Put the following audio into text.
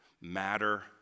matter